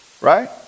right